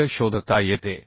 मूल्य शोधता येते